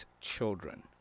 children